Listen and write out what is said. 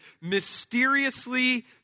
mysteriously